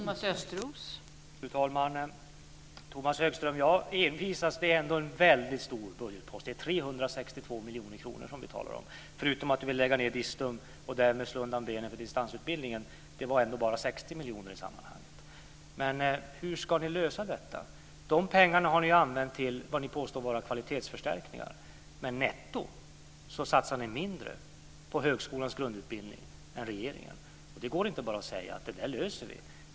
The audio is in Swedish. Fru talman! Det är ändå en väldigt stor budgetpost, Tomas Högström. Det är 362 miljoner kronor som vi talar om, förutom att ni vill lägga ned Distum och därmed slå undan benen för distansutbildningen. Det var ändå bara 60 miljoner i sammanhanget. Men hur ska ni lösa detta? De pengarna har ni ju använt till det ni påstår vara kvalitetsförstärkningar. Men netto satsar ni mindre på högskolans grundutbildning än regeringen. Det går inte att bara säga: Det där löser vi.